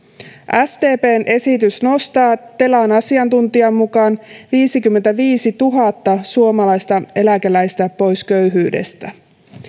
sdpn esitys nostaa telan asiantuntijan mukaan viisikymmentäviisituhatta suomalaista eläkeläistä pois köyhyydestä